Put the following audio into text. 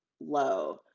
low